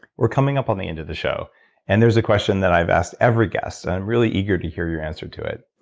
we're coming up on the end of the show and there's a question that i've asked every guest and i'm really eager to hear your answer to it.